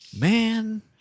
Man